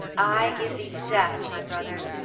i give thee to death my brother!